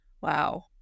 Wow